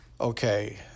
Okay